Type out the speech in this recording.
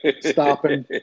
stopping